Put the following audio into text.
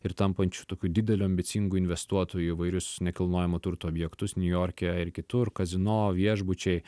ir tampančiu tokiu dideliu ambicingu investuotoju įvairius nekilnojamo turto objektus niujorke ir kitur kazino viešbučiai